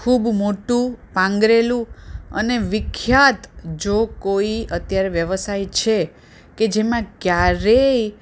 ખૂબ મોટું પાંગરેલું અને વિખ્યાત જો કોઈ અત્યારે વ્યવસાય છે કે જેમાં ક્યારેય